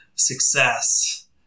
Success